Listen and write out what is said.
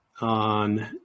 on